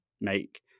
make